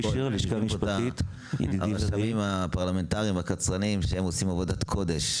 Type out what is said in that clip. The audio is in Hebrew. הרשמים הפרלמנטרים והקצרנים עושים עבודת קודש,